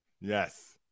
Yes